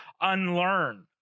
unlearn